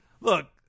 Look